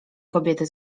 kobiety